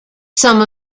some